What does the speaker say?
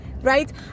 right